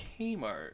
Kmart